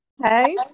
Hey